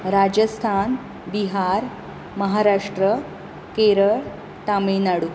Rajasthan Bihar Maharashtra Kerala Tamil Nadu